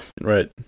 Right